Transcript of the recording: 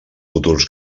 futurs